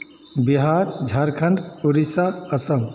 Bihar Jharkhand Orissa Assam